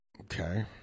Okay